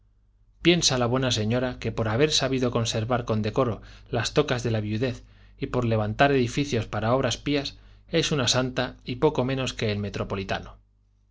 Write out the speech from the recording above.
piensa la buena señora que por haber sabido conservar con decoro las tocas de la viudez y por levantar edificios para obras pías es una santa y poco menos que el metropolitano